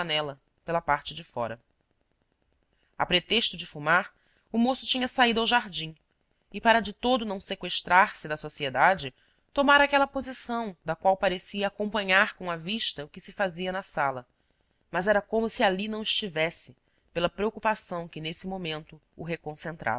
a uma janela pela parte de fora a pretexto de fumar o moço tinha saído ao jardim e para de todo não seqüestrar se da sociedade tomara aquela posição da qual parecia acompanhar com a vista o que se fazia na sala mas era como se ali não estivesse pela preocupação que nesse momento o